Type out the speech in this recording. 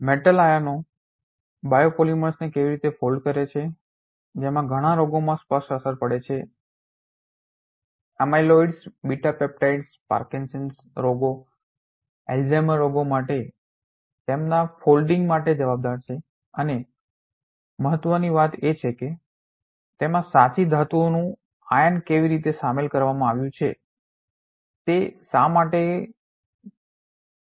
metal આયનો બાયોપોલિમરને કેવી રીતે ફોલ્ડ કરે છે જેમાં ઘણા રોગોમાં સ્પષ્ટ અસર પડે છે એમાયલોઇડ બીટા પેપ્ટાઇડ પાર્કિન્સન રોગ અલ્ઝાઇમર રોગો માટે તેમના ફોલ્ડિંગ માટે જવાબદાર છે અને વધુ મહત્ત્વની વાત એ છે કે તેમાં સાચી ધાતુનું આયન કેવી રીતે શામેલ કરવામાં આવ્યું છે તે શા માટે કહેવા નથી દેતું